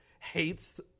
hates